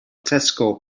tesco